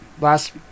last